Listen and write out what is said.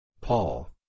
Paul